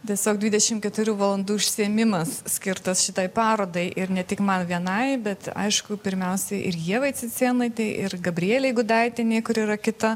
tiesiog dvidešim keturių valandų užsiėmimas skirtas šitai parodai ir ne tik man vienai bet aišku pirmiausiai ir ievai cicėnaitei ir gabrielei gudaitienei kuri yra kita